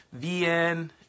VN